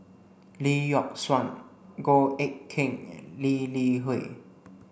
Lee Yock Suan Goh Eck Kheng and Lee Li Hui